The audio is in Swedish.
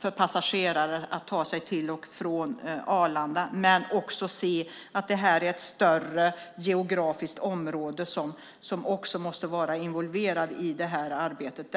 för passagerare att ta sig till och från Arlanda. Vi måste se att ett större geografiskt område måste vara involverat i arbetet.